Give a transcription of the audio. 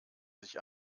sich